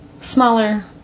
smaller